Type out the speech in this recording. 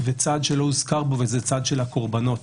יש צד שלא הוזכר פה הצד של הקורבנות.